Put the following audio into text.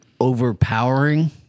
overpowering